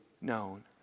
Known